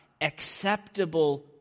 acceptable